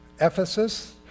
Ephesus